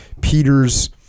Peters